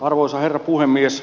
arvoisa herra puhemies